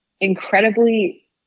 incredibly